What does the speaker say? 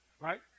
Right